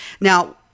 Now